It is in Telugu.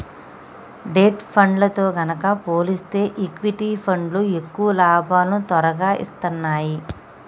డెట్ ఫండ్లతో గనక పోలిస్తే ఈక్విటీ ఫండ్లు ఎక్కువ లాభాలను తొరగా ఇత్తన్నాయి